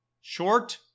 Short